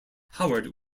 howard